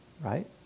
right